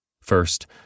First